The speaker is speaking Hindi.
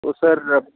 तो सर